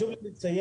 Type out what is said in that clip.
חשוב לי לציין